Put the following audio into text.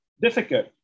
difficult